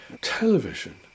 Television